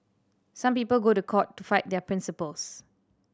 some people go to court to fight their principles